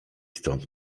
stąd